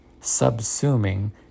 subsuming